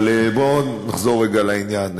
אבל בואו נחזור רגע לעניין.